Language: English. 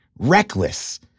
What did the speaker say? Reckless